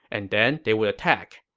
and then they would attack.